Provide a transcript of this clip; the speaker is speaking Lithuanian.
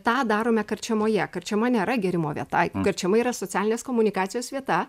tą darome karčemoje karčema nėra gėrimo vieta karčema yra socialinės komunikacijos vieta